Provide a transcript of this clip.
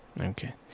Okay